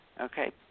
Okay